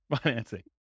financing